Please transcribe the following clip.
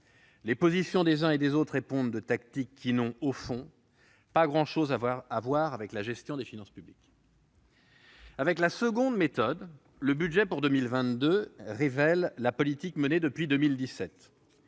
Les positions des uns et des autres répondent à des tactiques qui n'ont, au fond, pas grand-chose à voir avec la gestion des finances publiques. Si l'on adopte la seconde méthode, le projet de loi de finances pour 2022 révèle la politique menée depuis 2017.